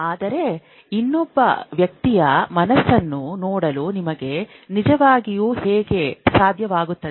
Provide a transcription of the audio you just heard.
ಆದರೆ ಇನ್ನೊಬ್ಬ ವ್ಯಕ್ತಿಯ ಮನಸ್ಸನ್ನು ನೋಡಲು ನಿಮಗೆ ನಿಜವಾಗಿಯೂ ಹೇಗೆ ಸಾಧ್ಯವಾಗುತ್ತದೆ